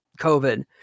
COVID